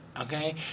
Okay